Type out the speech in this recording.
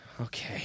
Okay